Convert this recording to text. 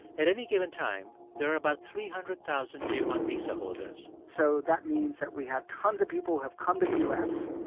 at any given time, there are about three hundred thousand j one visa holders so that means that we have tons of people who have come to the u s.